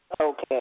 Okay